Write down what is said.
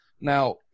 Now